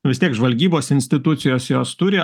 vis tiek žvalgybos institucijos jos turi